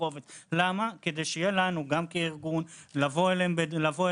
קובץ וזה כדי שאנחנו כארגון נוכל לבוא אליהם בדרישות.